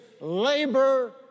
labor